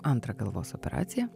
antrą galvos operaciją